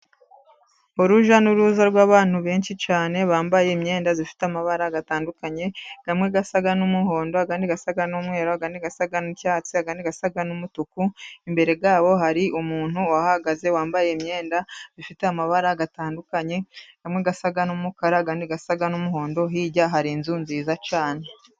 Urujya n'uruza rw'abantu benshi cyane, bambaye imyenda ifite amabara atandukanye, hamwe hasa n'umuhondo, ahandi hasa n'umweru, hasa n'icyatsi, hasa n'umutuku, imbere yabo hari umuntu wahagaze wambaye imyenda ifite amabara atandukanye hamwe asa n'umukara, ntihasa n'umuhondo hirya hari inzu nziza cyane.